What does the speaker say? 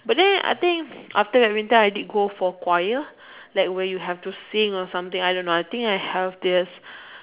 but then I think after badminton I did go for choir like where you have to sing or something I don't know I think I have this